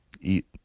eat